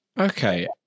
Okay